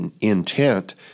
intent